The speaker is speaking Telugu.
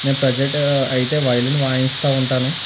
నేను ప్రసెంటు అయితే వైలెన్ వాయిస్తా ఉంటాను